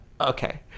okay